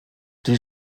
die